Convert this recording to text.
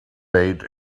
paid